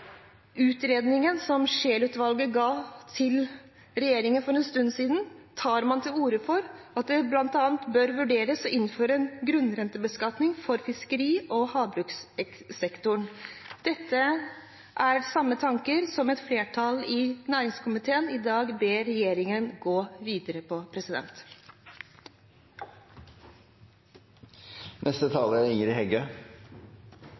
utredningen fra Scheel-utvalget til regjeringen for en stund siden tar man til orde for at det bl.a. bør vurderes innført en grunnrentebeskatning for fiskeri- og havbrukssektoren. Dette er samme tanker som et flertall i næringskomiteen i dag ber regjeringen gå videre med. Først av alt ros til saksordføraren for kjapp og konstruktiv behandling og svært god timing på